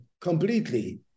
completely